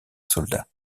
soldat